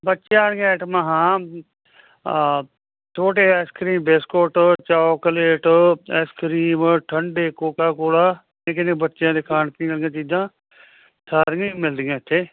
ਬੱਚਿਆਂ ਦੀ ਐਟਮਾਂ ਹਾਂ ਛੋਟੇ ਐਸਕਰੀਮ ਬਿਸਕੁਟ ਚੌਕਲੇਟ ਐਸਕਰੀਮ ਠੰਡੇ ਕੋਕਾ ਕੋਲਾ ਨਿੱਕੇ ਜੇ ਬੱਚਿਆਂ ਦੇ ਖਾਣ ਪੀਣ ਆਲੀਆਂ ਚੀਜ਼ਾਂ ਸਾਰੀਆਂ ਹੀ ਮਿਲਦੀਆਂ ਇੱਥੇ